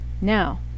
Now